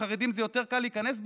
החרדים, יותר קל להיכנס בהם?